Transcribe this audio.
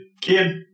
kid